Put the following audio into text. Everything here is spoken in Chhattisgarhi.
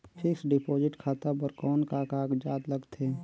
फिक्स्ड डिपॉजिट खाता बर कौन का कागजात लगथे?